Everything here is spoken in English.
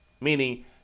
meaning